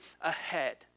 ahead